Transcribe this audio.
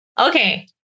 Okay